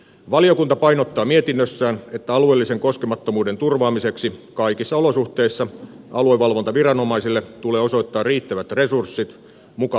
valiokunta painottaa mietinnössään että alueellisen koskemattomuuden turvaamiseksi kaikissa olosuhteissa aluevalvontaviranomaisille tulee osoittaa riittävät resurssit mukaan lukien henkilöstöresurssit